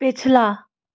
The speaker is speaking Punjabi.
ਪਿਛਲਾ